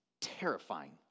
terrifying